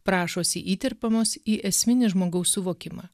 prašosi įterpiamos į esminį žmogaus suvokimą